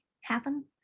happen